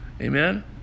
Amen